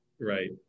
Right